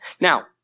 Now